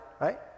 right